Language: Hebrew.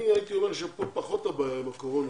אני הייתי אומר שכאן פחות הבעיה היא עם הקורונה.